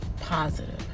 positive